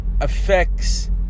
affects